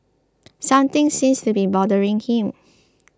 something seems to be bothering him